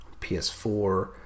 PS4